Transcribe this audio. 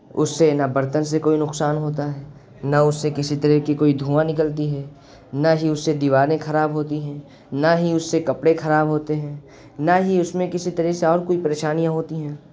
اس سے نہ برتن سے کوئی نقصان ہوتا ہے نہ اس سے کسی طرح کی کوئی دھواں نکلتی ہے نہ ہی اس سے دیواریں خراب ہوتی ہیں نہ ہی اس سے کپڑے خراب ہوتے ہیں نہ ہی اس میں کسی طرح سے اور کوئی پریشانیاں ہوتی ہیں